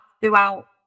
throughout